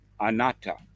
Anatta